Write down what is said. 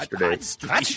yesterday